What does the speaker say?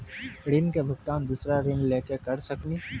ऋण के भुगतान दूसरा ऋण लेके करऽ सकनी?